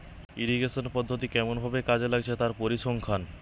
irrigation পদ্ধতি কেমন ভাবে কাজে লাগছে তার পরিসংখ্যান